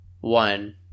one